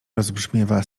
rozbrzmiewa